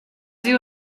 sie